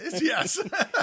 Yes